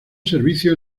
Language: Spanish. servicios